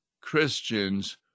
Christians